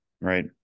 right